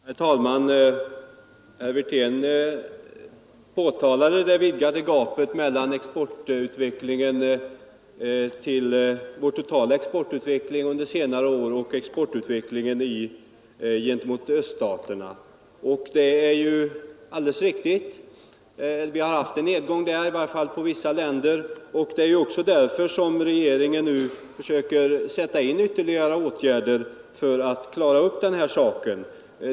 Herr talman! Herr Wirtén påtalade det vidgade gapet mellan vår totala exportutveckling under senare år och exportutvecklingen gentemot öststaterna. Det är alldeles riktigt att vi har haft en nedgång av handeln med Östeuropa, i varje fall med vissa länder. Det är därför som regeringen nu försöker sätta in ytterligare åtgärder för att klara upp den här saken.